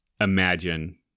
imagine